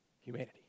humanity